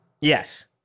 Yes